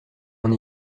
mon